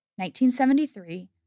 1973